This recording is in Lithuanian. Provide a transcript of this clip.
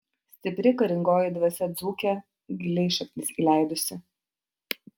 stipri karingoji dvasia dzūke giliai šaknis įleidusi